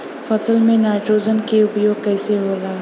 फसल में नाइट्रोजन के उपयोग कइसे होला?